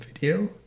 video